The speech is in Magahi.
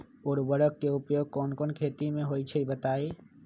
उर्वरक के उपयोग कौन कौन खेती मे होई छई बताई?